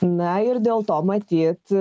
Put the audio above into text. na ir dėl to matyt